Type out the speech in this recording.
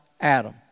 Adam